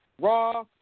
Raw